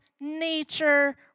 nature